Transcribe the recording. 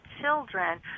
children